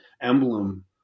emblem